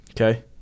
Okay